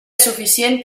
suficient